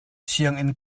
sianginn